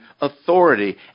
authority